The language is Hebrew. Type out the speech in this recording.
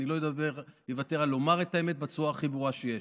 אני לא אוותר על לומר את האמת בצורה הכי ברורה שיש.